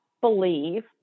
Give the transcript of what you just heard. believe